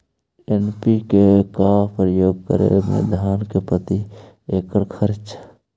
NPK का प्रयोग करे मे धान मे प्रती एकड़ खर्चा?